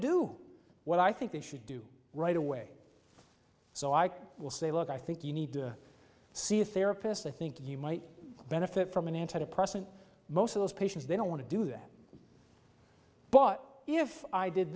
do what i think they should do right away so i will say look i think you need to see a therapist i think you might benefit from an anti depressant most of those patients they don't want to do that but if i did